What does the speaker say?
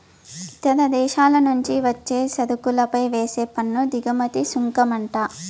ఇతర దేశాల నుంచి వచ్చే సరుకులపై వేసే పన్ను దిగుమతి సుంకమంట